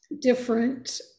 different